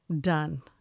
Done